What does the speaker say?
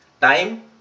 time